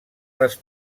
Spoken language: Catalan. les